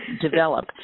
develop